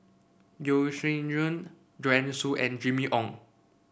Yeo Shih Yun Joanne Soo and Jimmy Ong